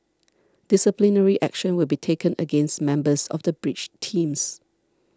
disciplinary action will be taken against members of the bridge teams